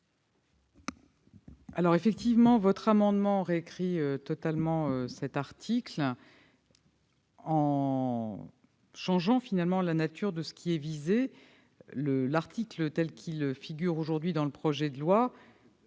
tend effectivement à réécrire totalement l'article en changeant finalement la nature de ce qui est visé. L'article, tel qu'il figure aujourd'hui dans le projet de loi,